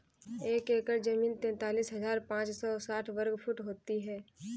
एक एकड़ जमीन तैंतालीस हजार पांच सौ साठ वर्ग फुट होती है